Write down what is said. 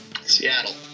Seattle